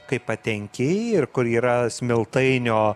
kai patenki ir kur yra smiltainio